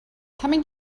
coming